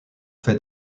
fait